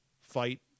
fight